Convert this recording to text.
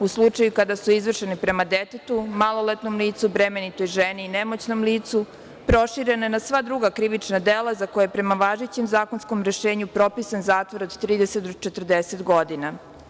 U slučaju kada su izvršene prema detetu, maloletnom licu, bremenitoj ženi i nemoćnom licu, prošireno je na sva druga krivična dela za koja je, prema važećem zakonskom rešenju, propisan zatvor od 30 do 40 godina.